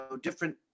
different